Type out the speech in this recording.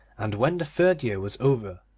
and when the third year was over,